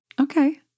Okay